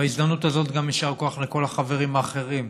בהזדמנות הזאת גם יישר כוח לכל החברים האחרים.